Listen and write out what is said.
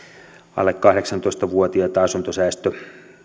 alle kahdeksantoista vuotiaita asuntosäästäjiä